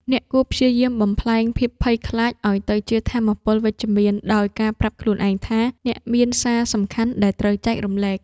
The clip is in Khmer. អ្នកគួរព្យាយាមបំប្លែងភាពភ័យខ្លាចឱ្យទៅជាថាមពលវិជ្ជមាន ដោយការប្រាប់ខ្លួនឯងថា អ្នកមានសារសំខាន់ដែលត្រូវចែករំលែក។